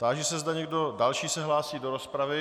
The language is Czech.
Táži se, zda někdo další se hlásí do rozpravy.